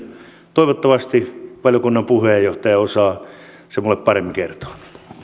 toivottavasti valiokunnan puheenjohtaja osaa minulle paremmin kertoa